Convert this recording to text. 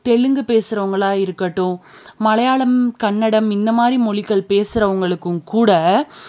தெலுங்கு பேசுகிறவங்களா இருக்கட்டும் மலையாளம் கன்னடம் இந்த மாதிரி மொழிகள் பேசுகிறவங்களுக்கும் கூட